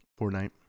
Fortnite